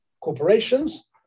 corporations